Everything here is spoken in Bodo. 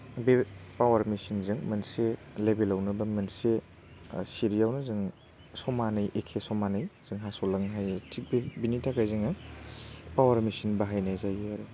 बे पावार मेचिनजों मोनसे लेभेलआवनो बा मोनसे सिरियावनो जों समानै एखे समानै जों हास'लांनो हायो थिक बिनि थाखाय जोङो पावार मेचिन बाहायनाय जाहैयो आरो